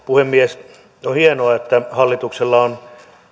puhemies on hienoa että hallituksella on